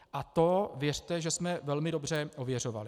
A to věřte, že jsme velmi dobře ověřovali.